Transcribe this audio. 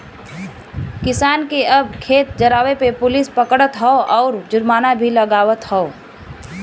किसान के अब खेत जरावे पे पुलिस पकड़त हौ आउर जुर्माना भी लागवत हौ